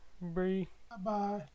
Bye-bye